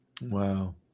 Wow